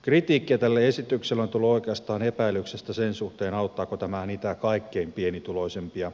kritiikkiä tälle esitykselle on tullut oikeastaan epäilyksistä sen suhteen auttaako tämä niitä kaikkein pienituloisimpia